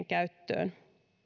käyttöön